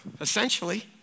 essentially